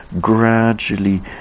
gradually